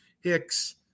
Hicks –